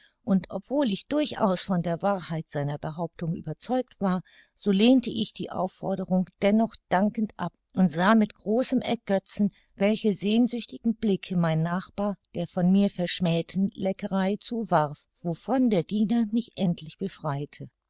und obwohl ich durchaus von der wahrheit seiner behauptung überzeugt war so lehnte ich die aufforderung dennoch dankend ab und sah mit großem ergötzen welche sehnsüchtigen blicke mein nachbar der von mir verschmähten leckerei zuwarf wovon der diener mich endlich befreite